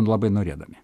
labai norėdami